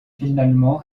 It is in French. finalement